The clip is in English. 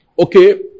Okay